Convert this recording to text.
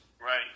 Right